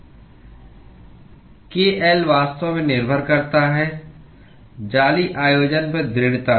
kl वास्तव में निर्भर करता है जाली आयोजन पर दृढ़ता से